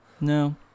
No